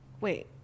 Wait